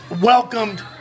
welcomed